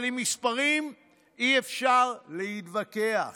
אבל עם מספרים אי-אפשר להתווכח.